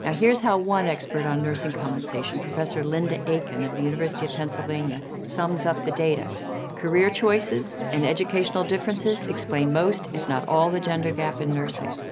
ah here's how one expert on nursing compensation, professor linda aiken of the university of pennsylvania, sums up the data career choices and educational differences explain most, if not all, the gender gap in nursing.